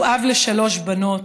הוא אב לשלוש בנות,